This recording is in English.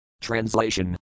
Translation